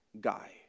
guy